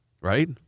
Right